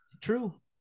True